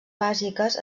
bàsiques